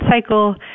cycle